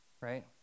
right